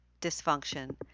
Dysfunction